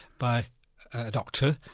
by a doctor,